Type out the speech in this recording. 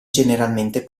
generalmente